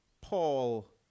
Paul